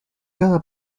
cada